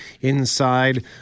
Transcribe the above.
inside